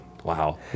Wow